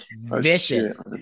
Vicious